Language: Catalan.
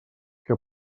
que